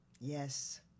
Yes